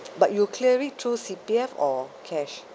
but you clear it through C_P_F or cash